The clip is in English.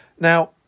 Now